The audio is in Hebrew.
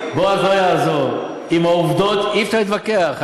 לא יעזור, עם העובדות אי-אפשר להתווכח.